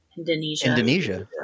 Indonesia